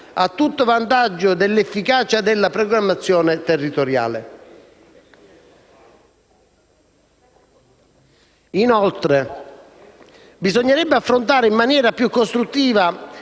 a tutto vantaggio dell'efficacia della programmazione territoriale. Inoltre, bisognerebbe affrontare in maniera più costruttiva